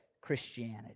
Christianity